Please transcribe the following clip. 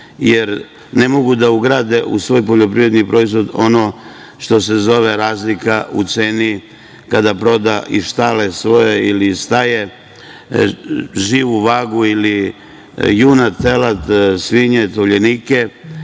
jer ne mogu da ugrade u svoj poljoprivredni proizvod ono što se zove razlika u ceni kada proda iz štale svoje ili iz staje živu vagu ili junad, telad, svinje, tovljenike